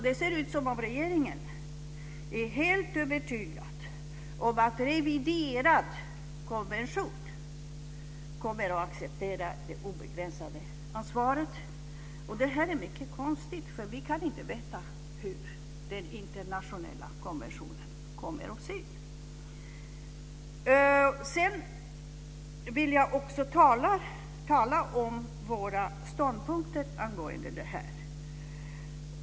Det ser ut som om regeringen är helt övertygad om att en reviderad konvention kommer att acceptera det obegränsade ansvaret. Det är mycket konstigt eftersom vi inte kan veta hur den internationella konventionen kommer att se ut. Sedan vill jag också tala om våra ståndpunkter angående detta.